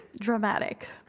Dramatic